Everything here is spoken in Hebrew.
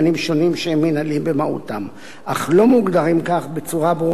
שונים שהם מינהליים במהותם אך לא מוגדרים כך בצורה ברורה,